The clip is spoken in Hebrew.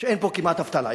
כשאין פה כמעט אבטלה.